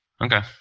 Okay